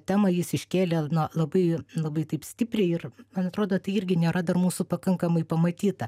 temą jis iškėlė na labai labai taip stipriai ir man atrodo tai irgi nėra dar mūsų pakankamai pamatyta